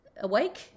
awake